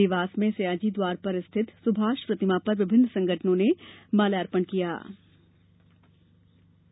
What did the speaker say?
देवास में सयाजी द्वार पर स्थित सुभाष प्रतिमा पर विभिन्न संगठनों ने माल्यार्पण कर पुष्प अर्पित किए